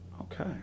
Okay